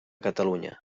catalunya